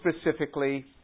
specifically